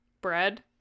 Bread